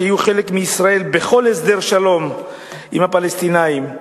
שיהיו חלק מישראל בכל הסדר שלום עם הפלסטינים.